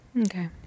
Okay